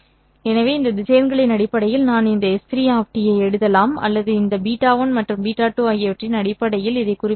எனவே இந்த திசையன்களின் அடிப்படையில் நான் இந்த S3 ஐ எழுதலாம் அல்லது இந்த β1 மற்றும் β2 ஆகியவற்றின் அடிப்படையில் இதை குறிப்பிடலாம்